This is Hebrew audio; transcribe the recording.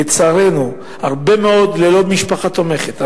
לצערנו רבים מאוד ללא משפחה תומכת,